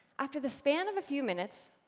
after the span of a few minutes,